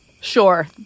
Sure